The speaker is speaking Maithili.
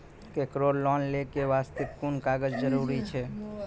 केकरो लोन लै के बास्ते कुन कागज जरूरी छै?